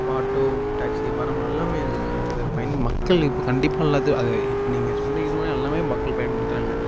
auto taxi எல்லாமே இருக்குங்க அதோட பயன் மக்கள் இப்போ கண்டிப்பாக எல்லாத்து அது இப்போ நீங்கள் சொன்னீங்கன்னா எல்லாமே மக்கள் பயன்படுத்துறாங்க